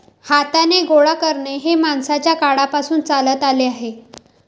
हाताने गोळा करणे हे माणसाच्या काळापासून चालत आले आहे